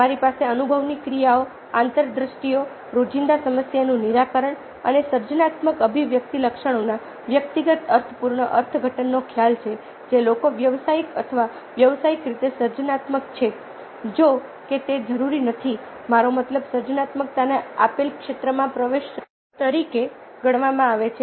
તમારી પાસે અનુભવની ક્રિયાઓ અને આંતરદૃષ્ટિ રોજિંદા સમસ્યાનું નિરાકરણ અને સર્જનાત્મક અભિવ્યક્તિ લક્ષણોના વ્યક્તિગત અર્થપૂર્ણ અર્થઘટનનો ખ્યાલ છે જે લોકો વ્યાવસાયિક અથવા વ્યવસાયિક રીતે સર્જનાત્મક છે જો કે તે જરૂરી નથી મારો મતલબ સર્જનાત્મકતાને આપેલ ક્ષેત્રમાં પ્રવેશ તરીકે ગણવામાં આવે છે